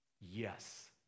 yes